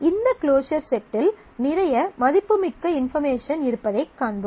இந்த க்ளோஸர் செட்டில் நிறைய மதிப்புமிக்க இன்பார்மேஷன் இருப்பதைக் காண்போம்